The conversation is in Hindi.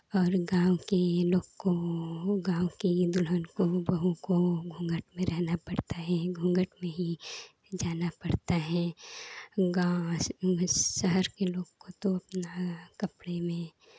और गाँव के लोग को गाँव के दूल्हन को बहु को घूंघट में रहना पड़ता है घूंघट में ही जाना पड़ता है गाँव और ये लोग शहर के लोग तो यहाँ कपड़े में